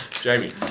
Jamie